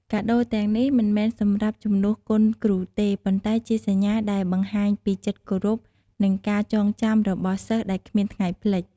កាដូរទាំងនេះមិនមែនសម្រាប់ជំនួសគុណគ្រូទេ ប៉ុន្តែជាសញ្ញា ដែលបង្ហាញពីចិត្តគោរព និងការចងចាំរបស់សិស្ស ដែលគ្មានថ្ងៃភ្លេច។